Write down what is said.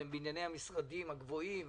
בנייני המשרדים הגבוהים.